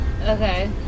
Okay